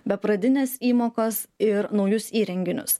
be pradinės įmokos ir naujus įrenginius